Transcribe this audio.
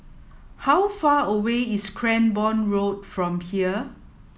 how far away is Cranborne Road from here